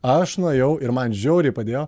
aš nuėjau ir man žiauriai padėjo